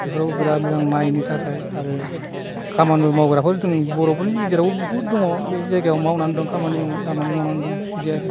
बेफोरावबो बिराद मोजां माइनि थाखाय आरो खामानिबो मावग्राफोर जों बर'फोरनि गेजेरावबो बहुद दङ बे जायगााव मावनानै दं खामानि दामानि मावनानै दं बिदि आरो